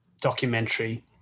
documentary